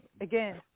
again